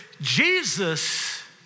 Jesus